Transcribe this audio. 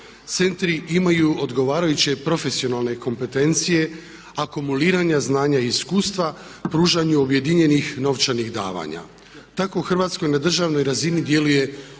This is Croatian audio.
Centri imaju odgovarajuće profesionalne kompetencije akumuliranja znanja i iskustva, pružanju objedinjenih novčanih davanja. Tako u Hrvatskoj na državnoj razini djeluje 80